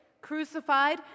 crucified